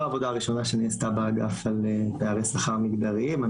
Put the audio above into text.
העבודה הראשונה שנעשתה באגף על פערי שכר מגדריים.